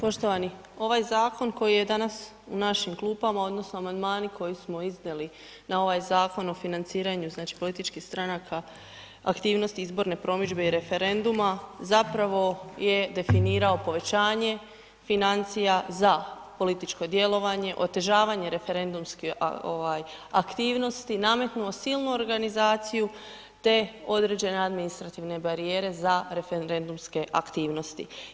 Poštovani, ovaj zakon koji je danas u našim klupama odnosno amandmani koje smo iznijeli na ovaj Zakon o financiranju političkih aktivnosti, izborne promidžbe i referenduma, zapravo je definirao povećanje financija za političko djelovanje, otežavanje referendumske aktivnost, nametnuo silnu organizaciju te određene administrativne barijere za referendumske aktivnosti.